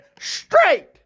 straight